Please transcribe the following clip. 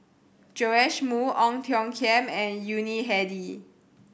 Joash Moo Ong Tiong Khiam and Yuni Hadi